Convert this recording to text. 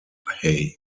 hay